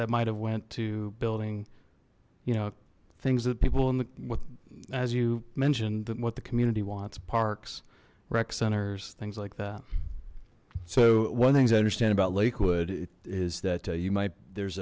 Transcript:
that might have went to building you know things that people in the with as you mentioned that what the community wants parks rec centers things like that so one things i understand about lakewood is that you might there's